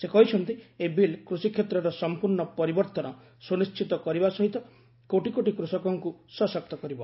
ସେ କହିଛନ୍ତି ଏହି ବିଲ୍ କୃଷିକ୍ଷେତ୍ରର ସଂପୂର୍ଣ୍ଣ ପରିବର୍ତନ ସୁନିଶ୍ଚିତ କରିବା ସହିତ କୋଟି କୋଟି କୃଷକଙ୍କୁ ସଶକ୍ତ କରିବ